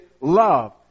love